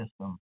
system